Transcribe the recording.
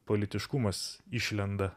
politiškumas išlenda